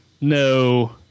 No